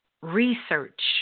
Research